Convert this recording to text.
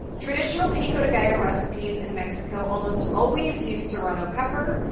traditional pico de gallo recipes in mexico almost always use serrano pepper,